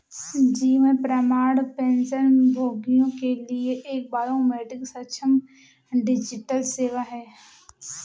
जीवन प्रमाण पेंशनभोगियों के लिए एक बायोमेट्रिक सक्षम डिजिटल सेवा है